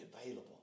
available